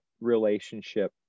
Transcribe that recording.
relationship